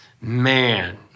Man